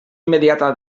immediata